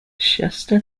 shasta